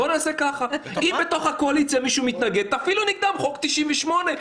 אם בתוך הקואליציה מתנגד תפעילו נגדם חוק 98,